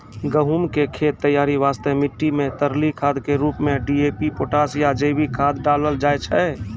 गहूम के खेत तैयारी वास्ते मिट्टी मे तरली खाद के रूप मे डी.ए.पी पोटास या जैविक खाद डालल जाय छै